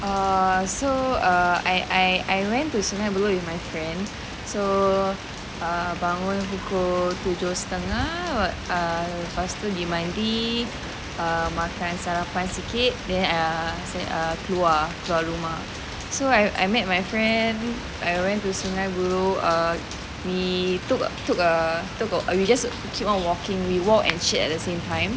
err so err I I I went to sungei buloh with my friend so bangun pukul tujuh setengah pastu gi mandi err makan sarapan sikit then uh saya uh keluar rumah so I I met my friend we went to sungei buloh we took a we just keep on walking we walk and talk at the same time